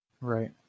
Right